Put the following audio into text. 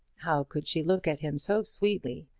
how could she look at him so sweetly,